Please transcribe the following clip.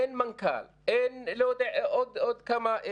אין מנכ"ל, אין עוד כמה.